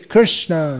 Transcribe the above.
Krishna